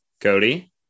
Cody